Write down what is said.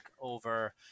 over